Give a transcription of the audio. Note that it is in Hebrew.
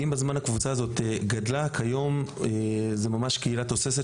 עם הזמן הקבוצה גדלה וכיום זו ממש קהילה תוססת